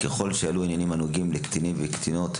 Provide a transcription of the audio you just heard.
ככל שיעלו עניינים הנוגעים לקטינות וקטינים,